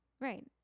right